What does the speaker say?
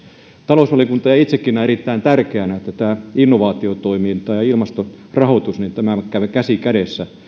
talousvaliokunta näkee ja itsekin näen erittäin tärkeänä että tämä innovaatiotoiminta ja ilmastorahoitus käyvät käsi kädessä